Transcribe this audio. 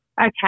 Okay